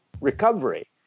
recovery